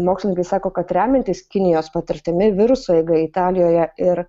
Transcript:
mokslininkai sako kad remiantis kinijos patirtimi viruso eiga italijoje ir